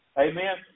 Amen